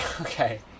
okay